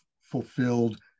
fulfilled